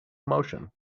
emotion